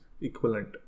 Equivalent